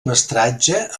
mestratge